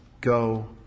go